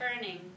turning